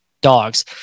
dogs